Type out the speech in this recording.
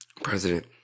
President